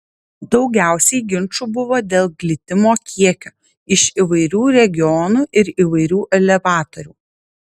daugiausiai ginčų buvo dėl glitimo kiekio iš įvairių regionų ir įvairių elevatorių